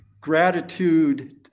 Gratitude